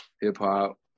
hip-hop